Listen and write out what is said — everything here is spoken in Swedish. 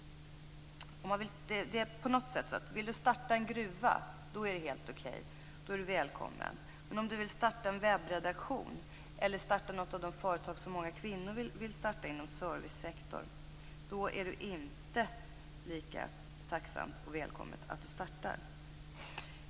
Vill man starta en gruva är det helt okej. Då är man välkommen. Om man vill starta en webbredaktion eller ett företag inom servicesektorn, som många kvinnor vill, är man inte lika välkommen.